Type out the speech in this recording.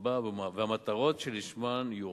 בה והמטרות שלשמן יועברו".